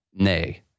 nay